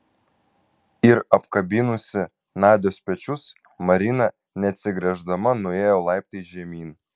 ir apkabinusi nadios pečius marina neatsigręždama nuėjo laiptais žemyn